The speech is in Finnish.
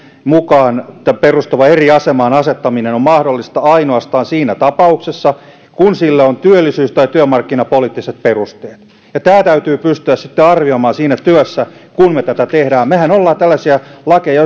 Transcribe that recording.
mukaan eri asemaan asettaminen on on mahdollista ainoastaan siinä tapauksessa kun sille on työllisyys tai työmarkkinapoliittiset perusteet ja tämä täytyy pystyä sitten arvioimaan siinä työssä kun me tätä teemme mehän olemme tällaisia lakeja